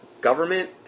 government